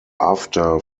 after